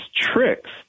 tricks